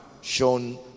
shown